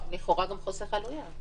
לכאורה הוא גם חוסך עלויות.